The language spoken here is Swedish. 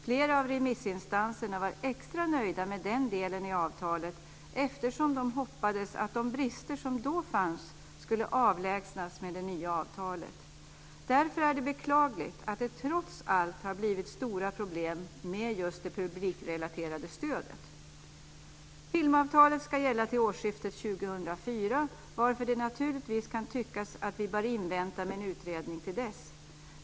Flera av remissinstanserna var extra nöjda med den delen i avtalet eftersom de hoppades att de brister som då fanns skulle avlägsnas med det nya avtalet. Därför är det beklagligt att det trots allt har blivit stora problem med just det publikrelaterade stödet. Filmavtalet ska gälla till årsskiftet 2004, varför det kan tyckas att vi bör invänta med en utredning till dess.